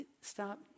stop